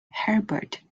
herbert